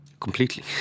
Completely